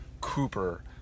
Cooper